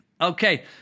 okay